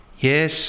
Yes